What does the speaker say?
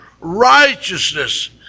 Righteousness